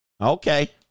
okay